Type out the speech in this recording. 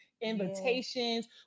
invitations